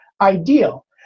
ideal